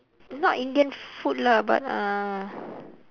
not indian food lah but uh